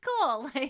cool